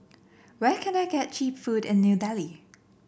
where can I get cheap food in New Delhi